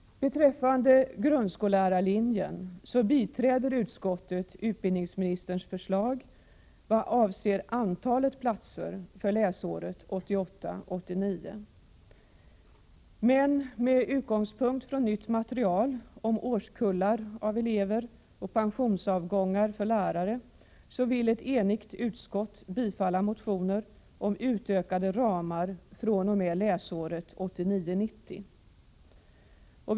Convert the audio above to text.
Beträffande grundskollärarlinjen biträder utskottet utbildningsministerns förslag vad avser antalet platser för läsåret 1988 90.